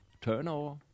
turnover